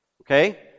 Okay